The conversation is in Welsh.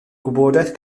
gwybodaeth